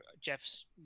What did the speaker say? Jeff's